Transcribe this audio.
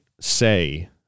say